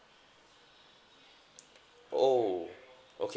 oh okay